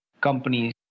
companies